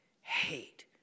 hate